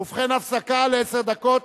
ובכן, הפסקה לעשר דקות.